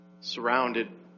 surrounded